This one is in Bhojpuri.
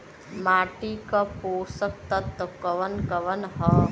माटी क पोषक तत्व कवन कवन ह?